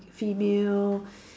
female